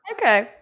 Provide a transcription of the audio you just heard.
okay